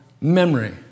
memory